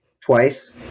twice